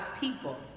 people